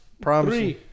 Promise